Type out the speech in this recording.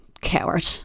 Coward